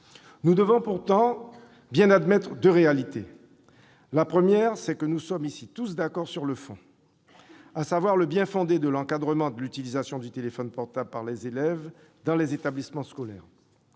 Nous devons pourtant bien admettre deux réalités. La première, c'est que nous sommes tous d'accord ici sur le fond, à savoir le bien-fondé de l'encadrement de l'utilisation du téléphone portable par les élèves dans les établissements scolaires.